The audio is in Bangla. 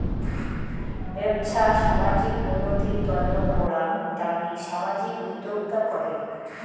বেপছা সামাজিক উন্নতির তন্ন করাঙ তাকি সামাজিক উদ্যক্তা কহে